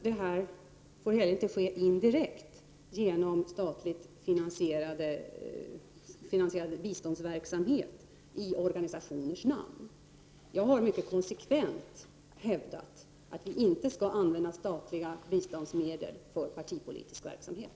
Det får inte heller ske indirekt genom statligt finansierad biståndsverksamhet i organisationers namn. Jag har mycket konsekvent hävdat att vi inte skall använda statliga biståndsmedel för partipolitisk verksamhet.